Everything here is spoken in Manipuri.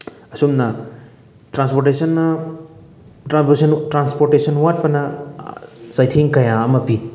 ꯑꯁꯨꯝꯅ ꯇ꯭ꯔꯥꯟꯄꯣꯔꯇꯦꯁꯟꯅ ꯇ꯭ꯔꯥꯟꯄꯣꯔꯇꯦꯁꯟ ꯇ꯭ꯔꯥꯟꯄꯣꯔꯇꯦꯁꯟ ꯋꯥꯠꯄꯅ ꯆꯩꯊꯦꯡ ꯀꯌꯥ ꯑꯃ ꯄꯤ